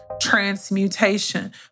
transmutation